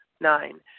Nine